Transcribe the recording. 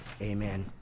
Amen